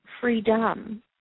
freedom